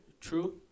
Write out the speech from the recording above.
True